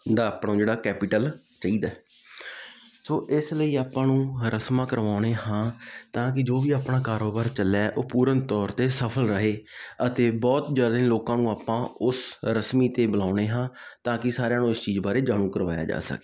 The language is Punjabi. ਦਾ ਆਪਣਾ ਜਿਹੜਾ ਕੈਪੀਟਲ ਚਾਹੀਦਾ ਸੋ ਇਸ ਲਈ ਆਪਾਂ ਨੂੰ ਰਸਮਾਂ ਕਰਵਾਉਂਦੇ ਹਾਂ ਤਾਂ ਕਿ ਜੋ ਵੀ ਆਪਣਾ ਕਾਰੋਬਾਰ ਚੱਲਿਆ ਉਹ ਪੂਰਨ ਤੌਰ 'ਤੇ ਸਫਲ ਰਹੇ ਅਤੇ ਬਹੁਤ ਜ਼ਿਆਦਾ ਲੋਕਾਂ ਨੂੰ ਆਪਾਂ ਉਸ ਰਸਮ 'ਤੇ ਬੁਲਾਉਂਦੇ ਹਾਂ ਤਾਂ ਕਿ ਸਾਰਿਆਂ ਨੂੰ ਇਸ ਚੀਜ਼ ਬਾਰੇ ਜਾਣੂ ਕਰਵਾਇਆ ਜਾ ਸਕੇ